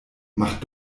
macht